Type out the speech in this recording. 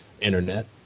internet